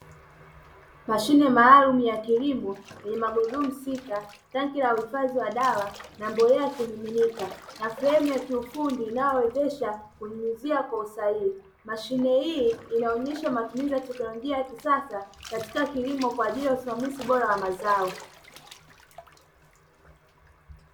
Mashine maalum ya kilimo ni magurudumu sita, tanki la kupulizia dawa na mbolea kimiminika, na sehemu ya kiufundi inayoiendesha kujiuzia kwa usahihi. Mashine hii inaonyesha matumizi ya teknolojia ya kisasa katika kilimo kwa ajili ya usimamizi bora wa mazao.